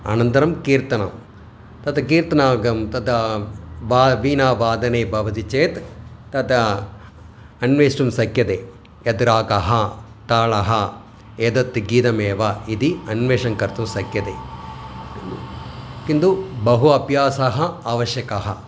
अनन्तरं कीर्तनं तत् कीर्तनं गं तदा बा वीणावादने भवति चेत् तदा अन्वेष्टुं शक्यते यत् रागः तालः एतत् गीतमेव इति अन्वेषणं कर्तुं शक्यते किन्तु बहु अभ्यासः आवश्यकः